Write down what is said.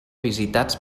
visitats